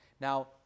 Now